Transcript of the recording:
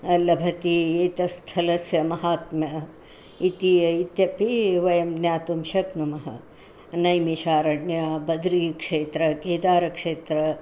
लभति एतत् स्थलस्य महात्म्यम् इति इत्यपि वयं ज्ञातुं शक्नुमः नैमिषारण्यं बद्रीक्षेत्रं केदारक्षेत्रम्